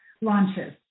launches